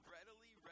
Readily